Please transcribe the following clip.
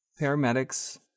paramedics